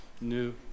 new